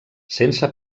sense